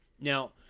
Now